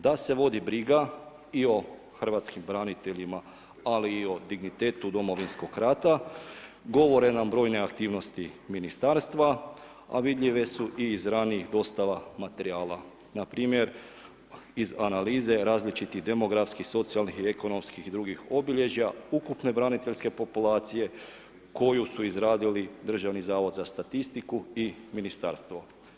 Da se vodi briga i o hrvatskim braniteljima ali i o dignitetu Domovinskog rata govore nam brojne aktivnosti ministarstva a vidljive su i iz raniji dostava materijala, npr. iz analize različitih demografskih, socijalnih i ekonomskih i drugih obilježja, ukupne braniteljske populacije koju su izradili Državni zavod za statistiku i ministarstvo.